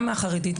גם מהחרדים,